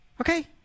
Okay